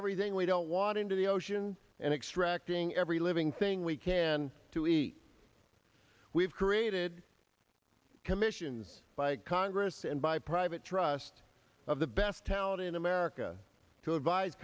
everything we don't want into the ocean and extracting every living thing we can to eat we've created a commission by congress and by private trust of the best talent in america to advise